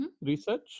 research